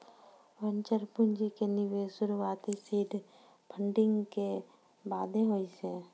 venture पूंजी के निवेश शुरुआती सीड फंडिंग के बादे होय छै